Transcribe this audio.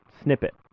snippet